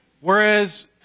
whereas